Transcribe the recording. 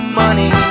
money